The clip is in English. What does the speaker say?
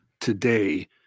today